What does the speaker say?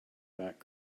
back